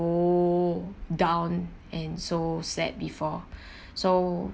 so down and so sad before so